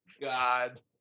God